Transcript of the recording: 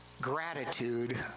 Gratitude